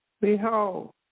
behold